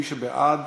מי שבעד